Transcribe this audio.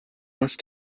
must